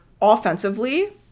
offensively